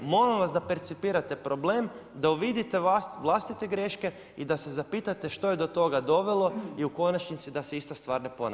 Molim vas da percipirate problem, da uvidite vlastite greške i da se zapitate što je do toga dovelo i u konačnici da se ista stvar ne ponavlja.